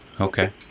Okay